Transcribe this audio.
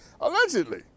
Allegedly